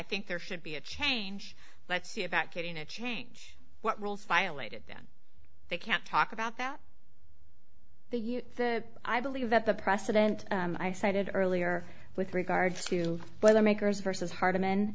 think there should be a change let's see about getting a change what rules violated then they can't talk about that they use the i believe that the precedent i cited earlier with regards to whether makers versus hard